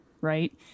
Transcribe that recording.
right